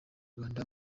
rwanda